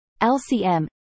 LCM